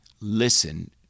Listen